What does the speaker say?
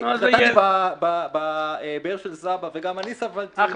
התחתנתי ב"באר של סבא", וגם אני סבלתי ממה